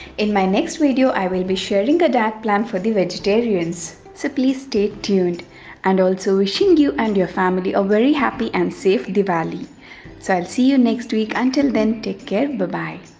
in my next video i will be sharing the diet plan for vegetarians so please stay tuned and also wishing you and your family a very happy and safe diwali so and see you next week until then take care but bye.